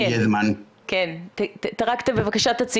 כן בבקשה.